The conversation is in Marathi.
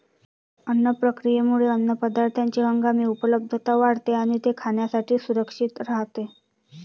अन्न प्रक्रियेमुळे अन्नपदार्थांची हंगामी उपलब्धता वाढते आणि ते खाण्यासाठी सुरक्षित राहते